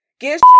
get